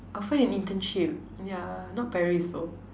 I'll find an internship yeah not Paris tho